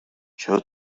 چرا